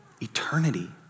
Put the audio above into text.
eternity